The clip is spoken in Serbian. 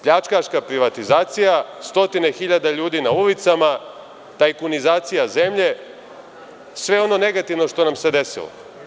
Pljačkaška privatizacija, stotine hiljada ljudi na ulicama, tajkunizacija zemlje, sve ono negativno što nam se desilo.